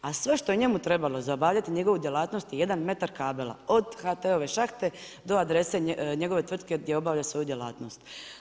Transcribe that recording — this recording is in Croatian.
A sve što je njemu trebalo za obavljati njegovu djelatnost je jedan metar kabela od HT-ove šahte do adrese njegove tvrtke gdje obavlja svoju djelatnost.